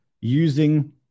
using